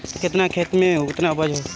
केतना खेत में में केतना उपज होई?